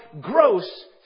gross